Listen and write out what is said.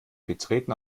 betreten